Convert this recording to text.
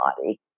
body